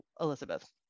Elizabeth